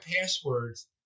passwords